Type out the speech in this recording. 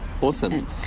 Awesome